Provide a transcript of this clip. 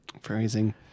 Phrasing